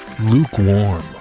lukewarm